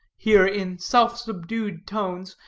here in self-subdued tones,